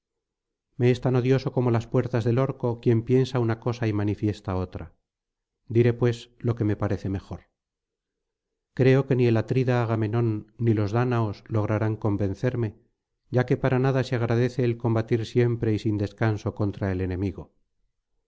es tan odioso como las puertas del orco quien piensa una cosa y manifiesta otra diré pues lo que me parece mejor creo que ni el atrida agamenón ni los dáñaos lograrán convencerme ya que para nada se agradece el combatir siempre y sin descanso contra el enemigo